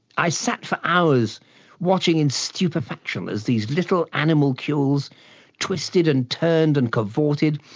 i sat for hours watching in stupefaction as these little animalcules twisted and turned and cavorted,